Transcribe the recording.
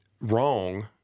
wrong